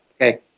Okay